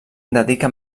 dedica